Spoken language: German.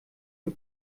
für